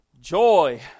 joy